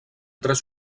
tres